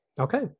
Okay